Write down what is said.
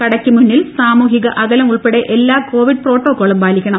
കടയ്ക്ക് മുന്നിൽ സാമൂഹിക അകലം ഉൾപ്പെടെ എല്ലാ കോവിഡ് പ്രോട്ടോക്കോളും പാലിക്കണം